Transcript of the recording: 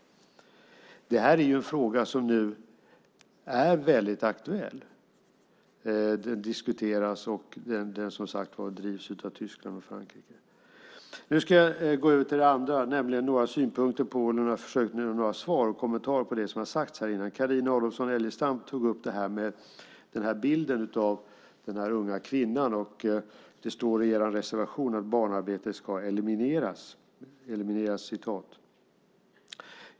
Den här frågan är väldigt aktuell. Den diskuteras, och den drivs av Tyskland och Frankrike. Nu ska jag gå över till det andra, nämligen några synpunkter, svar och kommentarer till det som har sagts här tidigare. Carina Adolfsson Elgestam tog upp den här bilden av den unga kvinnan. Det står i er reservation att barnarbete ska "elimineras".